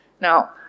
Now